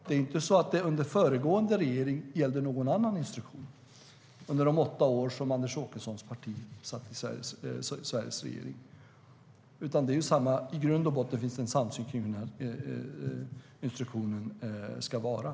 Det är inte på det sättet att någon annan instruktion gällde under föregående regering, under de åtta år som Anders Åkessons parti satt i Sveriges regering. I grund och botten finns det en samsyn om hur instruktionen ska vara.